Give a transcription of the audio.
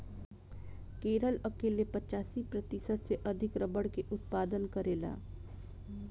केरल अकेले पचासी प्रतिशत से अधिक रबड़ के उत्पादन करेला